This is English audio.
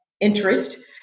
interest